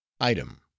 ITEM